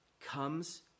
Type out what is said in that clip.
comes